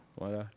Voilà